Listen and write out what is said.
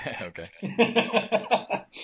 Okay